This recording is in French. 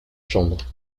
chambres